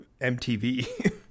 mtv